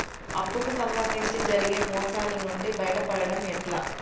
అప్పు కు సంబంధించి జరిగే మోసాలు నుండి బయటపడడం ఎట్లా?